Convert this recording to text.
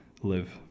live